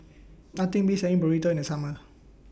Nothing Beats having Burrito in The Summer